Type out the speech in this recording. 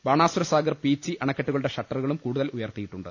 ബാണാസുര സാഗർ പീച്ചി അണക്കെട്ടുകളുടെ ഷട്ടറുകളും കൂടുതൽ ഉയർത്തിയിട്ടുണ്ട്